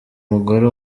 mugore